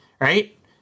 right